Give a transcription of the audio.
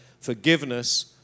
forgiveness